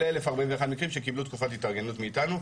אלה הם 1,041 מקרים שקיבלו תקופת התארגנות מאיתנו,